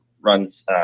runs